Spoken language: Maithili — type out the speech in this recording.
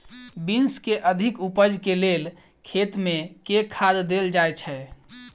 बीन्स केँ अधिक उपज केँ लेल खेत मे केँ खाद देल जाए छैय?